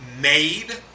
made